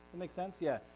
makes sense, yeah.